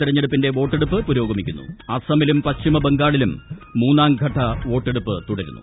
തെരഞ്ഞെടുപ്പിന്റെ വോട്ടെടുപ്പ് പുരോഗമിക്കുന്നു അസമിലും പശ്ചിമ ബംഗാളിലും മൂന്നാം ഘട്ട വോട്ടെടുപ്പ് തുടരുന്നു